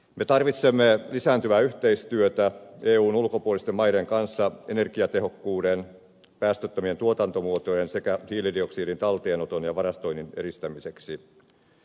me tarvitsemme lisääntyvää yhteistyötä eun ulkopuolisten maiden kanssa energiatehokkuuden päästöttömien tuotantomuotojen sekä hiilidioksidin talteenoton ja varastoinnin edistämiseksi